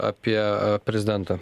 apie prezidentą